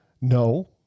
No